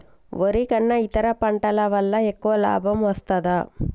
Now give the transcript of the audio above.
వరి కన్నా ఇతర పంటల వల్ల ఎక్కువ లాభం వస్తదా?